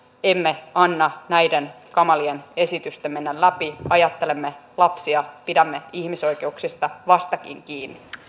emme anna näiden kamalien esitysten mennä läpi ajattelemme lapsia pidämme ihmisoikeuksista vastakin kiinni